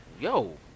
yo